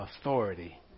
authority